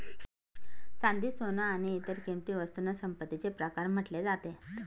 चांदी, सोन आणि इतर किंमती वस्तूंना संपत्तीचे प्रकार म्हटले जातात